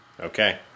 Okay